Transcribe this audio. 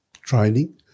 training